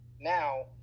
now